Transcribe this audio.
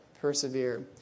persevere